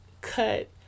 cut